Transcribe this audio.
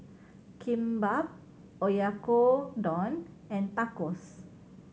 Kimbap Oyakodon and Tacos